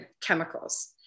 chemicals